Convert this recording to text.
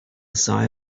sigh